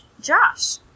Josh